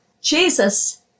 Jesus